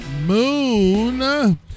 Moon